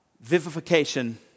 vivification